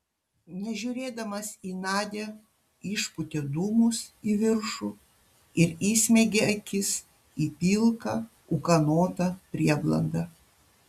nežiūrėdamas į nadią išpūtė dūmus į viršų ir įsmeigė akis į pilką ūkanotą prieblandą